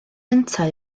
yntau